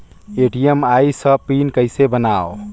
ATM आइस ह PIN कइसे बनाओ?